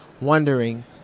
wondering